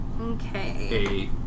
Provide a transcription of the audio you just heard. Okay